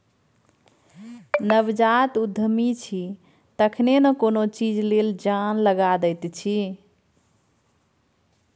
नवजात उद्यमी छी तखने न कोनो चीज लेल जान लगा दैत छी